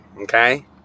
okay